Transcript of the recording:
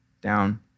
down